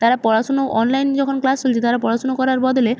তারা পড়াশুনো অনলাইনে যখন ক্লাস চলছে তারা পড়াশুনো করার বদলে